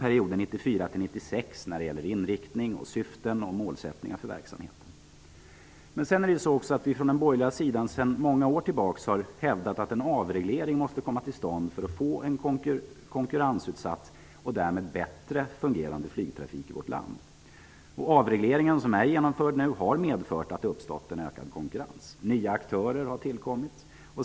1996 när det gäller inriktning, syften och målsättningar för verksamheten. Från den borgerliga sidan har vi i många år emellertid hävdat att en avreglering måste komma till stånd för att vi skall få en konkurrensutsatt och därmed bättre fungerande flygtrafik i vårt land. Avregleringen, vilken nu är genomförd, har medfört att det uppstått en ökad konkurrens. Nya aktörer har tillkommit.